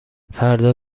فردا